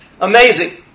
Amazing